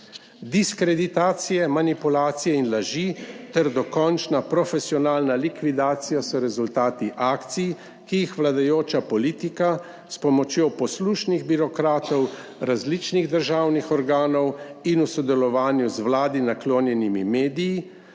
"Diskreditacije, manipulacije in laži ter dokončna profesionalna likvidacija so rezultati akcij, ki jih vladajoča politika s pomočjo poslušnih birokratov različnih državnih organov in v sodelovanju z Vladi naklonjenimi mediji